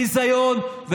ביזיון,